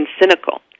cynical